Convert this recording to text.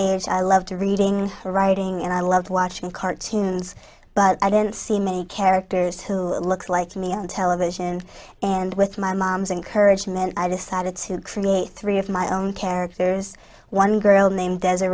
age i loved to reading or writing and i loved watching cartoons but i didn't see many characters hill looks like me on television and with my mom's encouraging then i decided to create three of my own characters one girl named